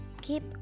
keep